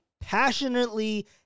passionately